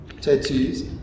tattoos